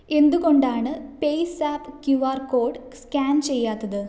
എന്തുകൊണ്ടാണ് PayZapp Q R code scan ചെയ്യാത്തത്